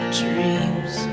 dreams